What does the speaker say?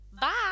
Bye